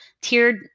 tiered